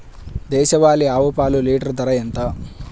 దేశవాలీ ఆవు పాలు లీటరు ధర ఎంత?